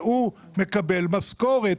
והוא מקבל משכורת.